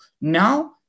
Now